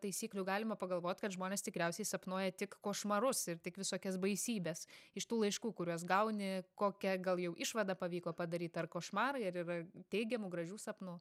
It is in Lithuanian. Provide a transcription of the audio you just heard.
taisyklių galima pagalvot kad žmonės tikriausiai sapnuoja tik košmarus ir tik visokias baisybes iš tų laiškų kuriuos gauni kokią gal jau išvadą pavyko padaryt ar košmarai ar yra teigiamų gražių sapnų